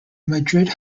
madrid